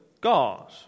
God